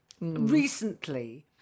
recently